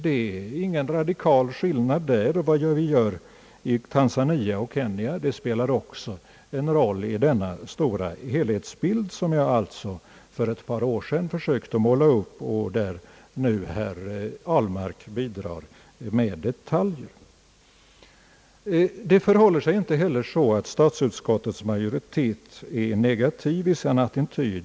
Det är ingen radikal skillnad där. Vad vi gör i Tanzania och Kenya spelar också en roll i denna stora helhetsbild, som jag för ett par år sedan sökte måla upp och där nu herr Ahlmark bidrar med detaljer. Det förhåller sig inte heller så att statsutskottets majoritet är negativ i sin attityd.